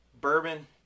bourbon